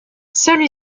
celui